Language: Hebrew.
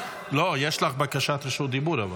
לא, אבל יש לך בקשת רשות דיבור.